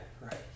right